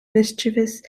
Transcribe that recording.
mischievous